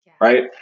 Right